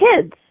kids